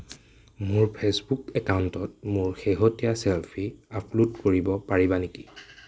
মোৰ ফেইচবুক একাউণ্টত মোৰ শেহতীয়া চেলফি আপলোড কৰিব পাৰিবা নেকি